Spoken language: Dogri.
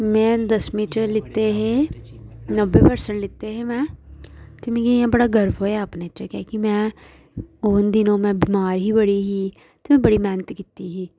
में दसमी च लैते हे नब्बे परसेंट लैते हे में ते मी इ'यां बड़ा गर्व होएआ अपने च कि में उन दिनों बिमार बड़ी ही ते में बड़ी मेह्नत कीती ही